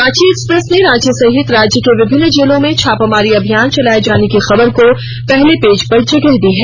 Ranchi Express ने रांची सहित राज्य की विभिन्न जेलों में छापामारी अभियान चलाए जाने की खबर को पहले पेज पर जगह दी है